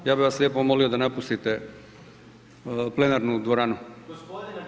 Ja bih vas lijepo molio da napustite plenarnu dvoranu.